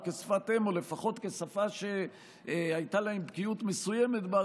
או כשפת אם או לפחות כשפה שהייתה להם בקיאות מסוימת בה,